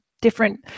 different